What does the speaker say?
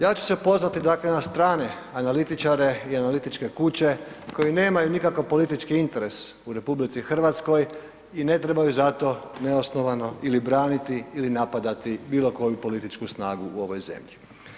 Ja ću se pozvati dakle na strana analitičare i analitičke kuće koji nemaju nikakav politički interes u RH i ne trebaju zato neosnovano ili braniti ili napadati bilo koju političku snagu u ovoj zemlju.